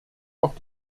auch